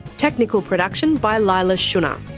technical production by leila shunnar,